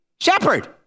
shepherd